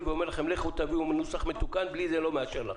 ואומר: לכו תביאו נוסח מתוקן בלי זה לא מאשר לכם.